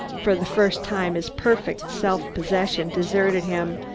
for the first time his perfect self-possession deserted him,